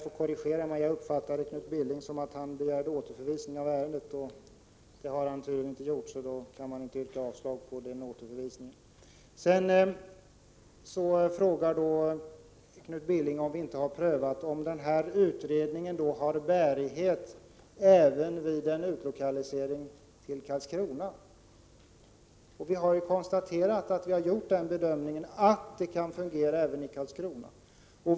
Fru talman! Knut Billing frågar om vi inte har prövat om utredningen har bärighet även vid en utlokalisering till Karlskrona. Som jag sade har vi ju konstaterat att vi har gjort den bedömningen att verket kan fungera även i Karlskrona.